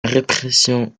répression